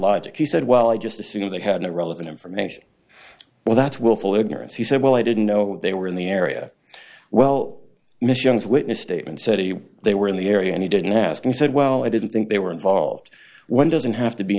logic he said well i just assumed they had the relevant information well that's willful ignorance he said well i didn't know they were in the area well miss young's witness statement said he they were in the area and he didn't ask and said well i didn't think they were involved one doesn't have to be